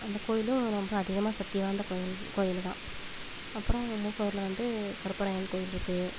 அந்த கோவிலும் ரொம்ப அதிகமாக சக்தி வாய்ந்த கோவில் கோவிலு தான் அப்றம் மூக்கனூரில் வந்து கருப்பராயன் கோவில் இருக்குது